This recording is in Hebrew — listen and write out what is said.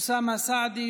אוסאמה סעדי,